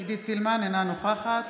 נוכחת